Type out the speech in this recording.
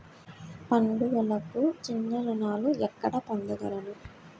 పండుగలకు చిన్న రుణాలు ఎక్కడ పొందగలను?